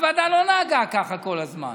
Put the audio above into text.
הוועדה לא נהגה ככה כל הזמן.